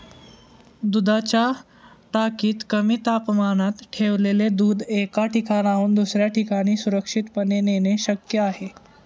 दुधाच्या टाकीत कमी तापमानात ठेवलेले दूध एका ठिकाणाहून दुसऱ्या ठिकाणी सुरक्षितपणे नेणे शक्य आहे